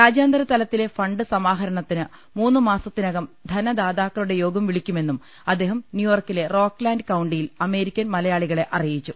രാജ്യാന്തരതലത്തിലെ fund സമാഹരണത്തിന് മൂന്നുമാസത്തിനകം ധനദാതാക്കളുടെ യോഗം വിളിക്കു മെന്നും അദ്ദേഹം ന്യൂയോർക്കിലെ റോക്ക്ലാന്റ് കൌണ്ടിയിൽ അമേരിക്കൻ മലയാളികളെ അറി യിച്ചു